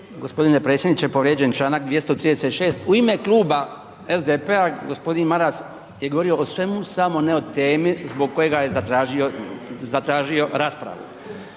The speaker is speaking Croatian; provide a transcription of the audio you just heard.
G. predsjedniče, povrijeđen je članak 236. U ime kluba SDP-a g. Maras je govorio o svemu samo ne o temi zbog kojega je zatražio raspravu.